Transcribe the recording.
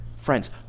Friends